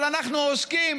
אבל אנחנו עוסקים